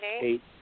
eight